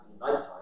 nighttime